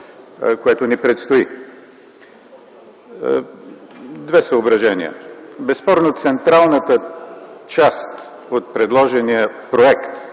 което ни предстои. Две съображения: безспорно централната част от предложения проект,